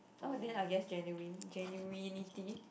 oh then I guess genuine genuineness